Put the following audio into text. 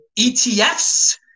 ETFs